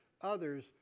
others